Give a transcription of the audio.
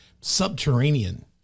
subterranean